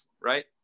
right